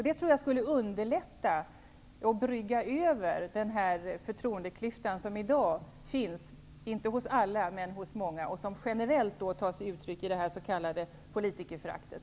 Det skulle underlätta och brygga över den förtroendeklyfta som i dag finns, inte hos alla men hos många, och som generellt tar sig uttryck i det s.k. politikerföraktet.